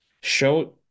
show